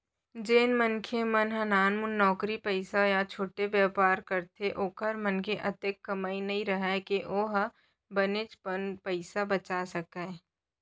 जेन मनखे मन ह नानमुन नउकरी पइसा या छोटे बयपार करथे ओखर मन के अतेक कमई नइ राहय के ओ ह बनेचपन पइसा बचा सकय